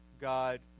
God